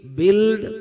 build